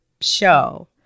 show